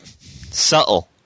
Subtle